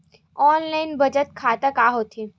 Online बचत खाता का होथे?